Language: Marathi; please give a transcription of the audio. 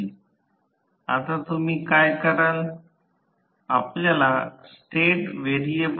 8 आणि 5 तास 15 किलोवॅट पॉवर फॅक्टर 0